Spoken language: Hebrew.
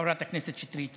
חברת הכנסת שטרית.